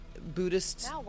Buddhist